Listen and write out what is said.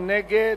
מי נגד?